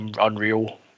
unreal